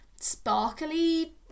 sparkly